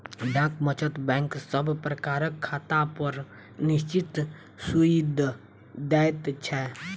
डाक वचत बैंक सब प्रकारक खातापर निश्चित सूइद दैत छै